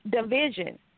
division